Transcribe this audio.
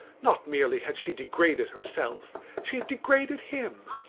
not merely had she degraded herself she had degraded him.